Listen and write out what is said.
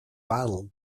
battle